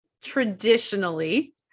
traditionally